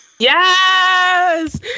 Yes